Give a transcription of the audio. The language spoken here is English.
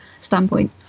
standpoint